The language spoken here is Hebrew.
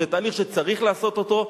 זה תהליך שצריך לעשות אותו בהיגיון,